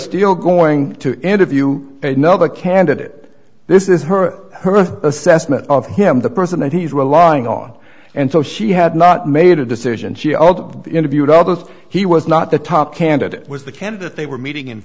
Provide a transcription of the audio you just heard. still going to end of you know the candid it this is her assessment of him the person he's relying on and so she had not made a decision of the interviewed others he was not the top candidate it was the candidate they were meeting in